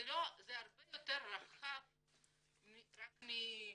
זה הרבה יותר רחב רק מעולים.